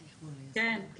כן.